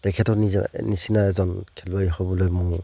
তেখেতৰ নিজা নিচিনা এজন খেলুৱৈ হ'বলৈ মোৰ